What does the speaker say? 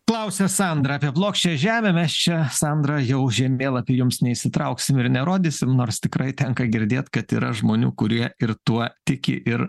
klausia sandra apie plokščią žemę mes čia sandra jau žemėlapį jums neišsitrauksim ir nerodysim nors tikrai tenka girdėt kad yra žmonių kurie ir tuo tiki ir